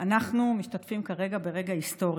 אנחנו משתתפים כרגע ברגע היסטורי,